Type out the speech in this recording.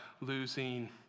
losing